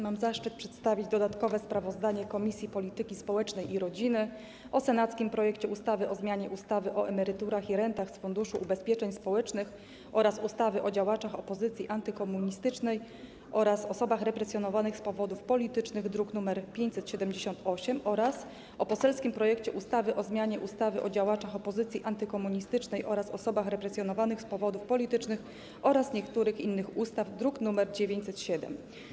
Mam zaszczyt przedstawić dodatkowe sprawozdanie Komisji Polityki Społecznej i Rodziny o senackim projekcie ustawy o zmianie ustawy o emeryturach i rentach z Funduszu Ubezpieczeń Społecznych oraz ustawy o działaczach opozycji antykomunistycznej oraz osobach represjonowanych z powodów politycznych, druk nr 578, oraz poselskim projekcie ustawy o zmianie ustawy o działaczach opozycji antykomunistycznej oraz osobach represjonowanych z powodów politycznych oraz niektórych innych ustaw, druk nr 907.